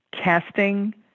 casting